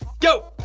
go. oh,